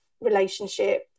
relationship